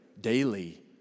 daily